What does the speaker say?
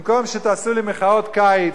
במקום שתעשו לי מחאות קיץ,